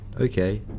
okay